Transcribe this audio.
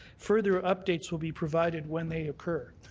further updates will be provided when they occur.